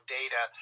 data